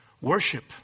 worship